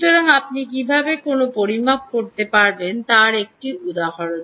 সুতরাং আপনি কীভাবে কোনও পরিমাপ করতে পারবেন তার এটি একটি উদাহরণ